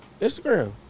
Instagram